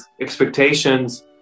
expectations